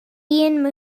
ian